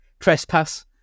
Trespass